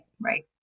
Right